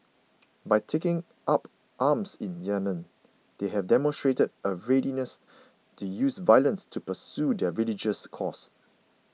by taking up arms in Yemen they have demonstrated a readiness to use violence to pursue their religious cause